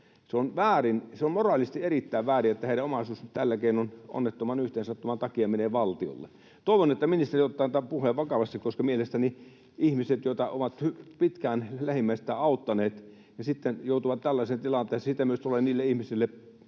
se on moraalisesti erittäin väärin, että heidän omaisuutensa nyt tällä keinoin onnettoman yhteensattuman takia menee valtiolle. Toivon, että ministeri ottaa tämän puheen vakavasti, koska mielestäni ihmiset, joita lähimmäiset ovat pitkään auttaneet, joutuvat sitten tällaiseen tilanteeseen... Siitä myös tulee palkkio niille ihmisille ja